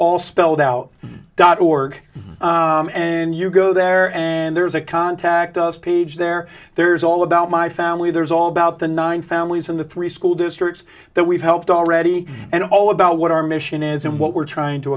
all spelled out dot org and you go there and there's a contact us page there there's all about my family there's all about the nine families in the three school districts that we've helped already and all about what our mission is and what we're trying to